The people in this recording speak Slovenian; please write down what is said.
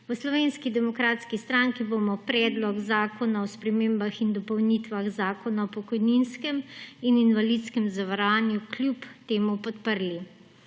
V Slovenski demokratski stranki bomo Predlog zakona o spremembah in dopolnitvah Zakona o pokojninskem in invalidskem zavarovanju kljub temu podprli.